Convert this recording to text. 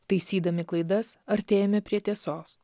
taisydami klaidas artėjame prie tiesos